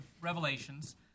revelations